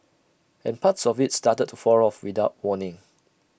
and parts of IT started to fall off without warning